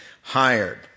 hired